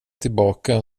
tillbaka